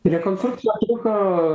rekonstrukcija truko